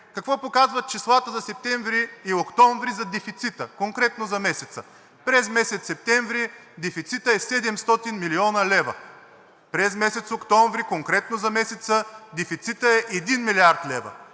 Какво показват числата за септември и октомври за дефицита – конкретно за месеца? През месец септември дефицитът е 700 млн. лв. През месец октомври – конкретно за месеца дефицитът е 1 млрд. лв.